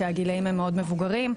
כי הגילאים מאוד מבוגרים,